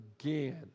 again